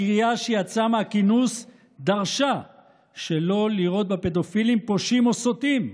הקריאה שיצאה מהכינוס דרשה שלא לראות בפדופילים פושעים או סוטים.